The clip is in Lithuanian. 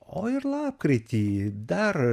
o ir lapkritį dar